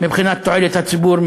מבחינת תועלת הציבור,